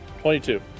Twenty-two